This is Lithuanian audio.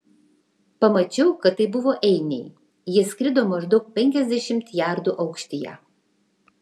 pamačiau kad tai buvo einiai jie skrido maždaug penkiasdešimt jardų aukštyje